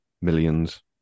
millions